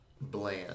bland